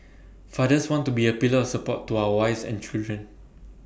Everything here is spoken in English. fathers want to be A pillar support to our wives and children